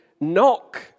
knock